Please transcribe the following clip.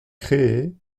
créée